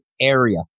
area